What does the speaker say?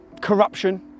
corruption